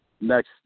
next